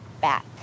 back